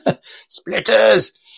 splitters